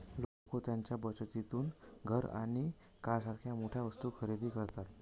लोक त्यांच्या बचतीतून घर आणि कारसारख्या मोठ्या वस्तू खरेदी करतात